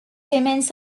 remains